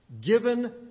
given